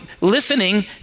listening